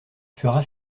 fera